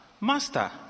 Master